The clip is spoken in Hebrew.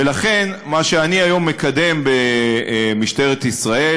ולכן מה שאני היום מקדם במשטרת ישראל,